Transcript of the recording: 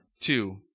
two